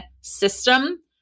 system